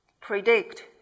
predict